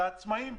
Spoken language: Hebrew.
לעצמאים.